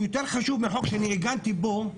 הוא יותר חשוב מהחוק שאני עגנתי בו את